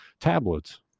tablets